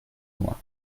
mois